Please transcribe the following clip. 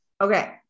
Okay